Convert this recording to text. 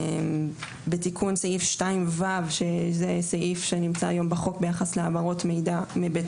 סעיף בתיקון סעיף 2ו שזה סעיף שנמצא היום בחוק ביחס להעברות מידע מבית